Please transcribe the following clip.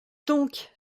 donc